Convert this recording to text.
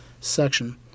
section